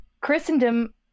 Christendom